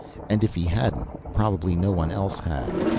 and if he hadn't probably no one else had.